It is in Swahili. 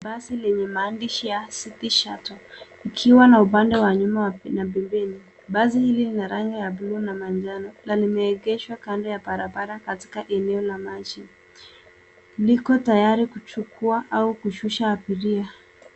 Basi lenye maandishi ya City Shuttle ikiwa na upande wa nyuma na pembeni. Basi hili lina rangi ya buluu na manjano na limeegeshwa kando ya barabara katika eneo la maji. Liko tayari kuchukua au kushusha abiria.